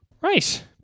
Right